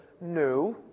no